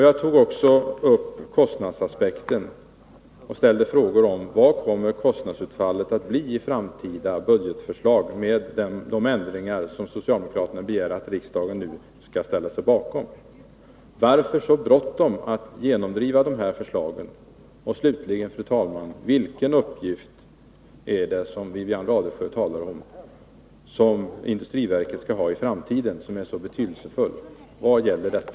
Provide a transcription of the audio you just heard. Jag tog upp kostnadsaspekten och ställde frågan: Vad kommer kostnadsutfallet att bli i framtida budgetförslag, med de ändringar som socialdemokraterna begär att riksdagen nu skall ställa sig bakom? Varför så bråttom att genomdriva förslaget? Slutligen: Vilken uppgift är det, Wivi-Anne Radesjö, som industriverket skall ha i framtiden och som är så betydelsefull? Vad gäller det?